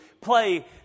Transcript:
play